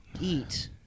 eat